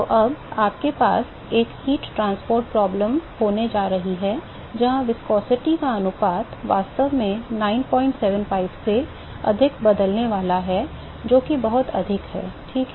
तो अब आपके पास एक गर्मी परिवहन समस्या होने जा रही है जहां viscosity का अनुपात वास्तव में 975 से अधिक बदलने वाला है जो कि बहुत अधिक है ठीक